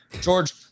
george